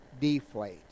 deflate